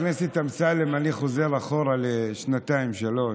שר המשפטים יציג את הצעת חוק הכנסת (תיקון מס' 49),